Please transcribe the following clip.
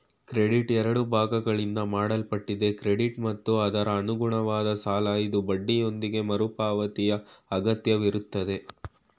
credit ಎರಡು ಭಾಗಗಳಿಂದ ಮಾಡಲ್ಪಟ್ಟಿದೆ ಕ್ರೆಡಿಟ್ ಮತ್ತು ಅದರಅನುಗುಣವಾದ ಸಾಲಇದು ಬಡ್ಡಿಯೊಂದಿಗೆ ಮರುಪಾವತಿಯಅಗತ್ಯವಿರುತ್ತೆ